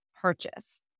purchase